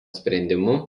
sprendimu